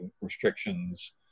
restrictions